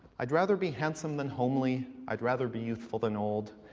i'd rather be handsome than homely. i'd rather be youthful than old.